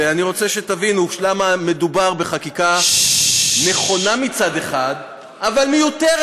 ואני רוצה שתבינו למה מדובר בחקיקה נכונה מצד אחד אבל מיותרת,